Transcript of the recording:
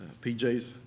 PJ's